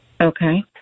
Okay